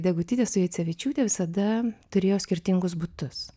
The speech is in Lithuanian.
degutytė su jacevičiūte visada turėjo skirtingus butus